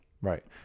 Right